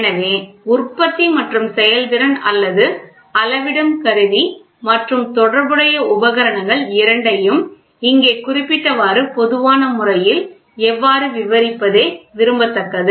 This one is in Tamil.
எனவே உற்பத்தி மற்றும் செயல்திறன் அல்லது அளவிடும் கருவி மற்றும் தொடர்புடைய உபகரணங்கள் இரண்டையும் இங்கே குறிப்பிட்டவாறு பொதுவான முறையில் எவ்வாறு விவரிப்பதே விரும்பத்தக்கது